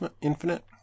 Infinite